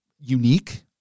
unique